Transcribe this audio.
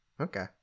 Okay